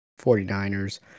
49ers